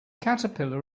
caterpillar